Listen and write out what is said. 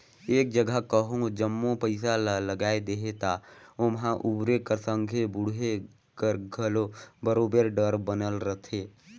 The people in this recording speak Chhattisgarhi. एक जगहा कहों जम्मो पइसा ल लगाए देहे ता ओम्हां उबरे कर संघे बुड़े कर घलो बरोबेर डर बनल रहथे